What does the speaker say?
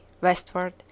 westward